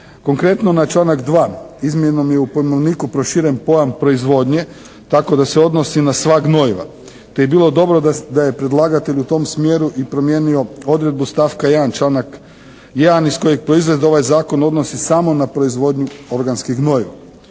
Konkretno na članak 2., izmjenom je u pojmovniku proširen pojam proizvodnje tako da se odnosi na sva gnojiva te bi bilo dobro da je predlagatelj u tom smjeru i promijenio odredbu stavka 1. članak 1. iz kojeg proizlazi da se ovaj zakon odnosi samo na proizvodnju organskih gnojiva.